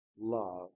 love